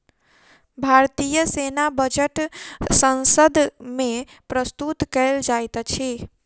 भारतीय सेना बजट संसद मे प्रस्तुत कयल जाइत अछि